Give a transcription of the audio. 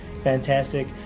fantastic